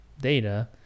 data